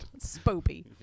Spoopy